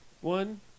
one